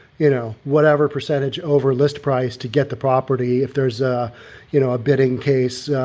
you know, whatever percentage over list price to get the property if there's a, you know, a bidding case,